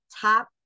Top